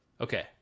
Okay